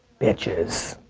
bitches.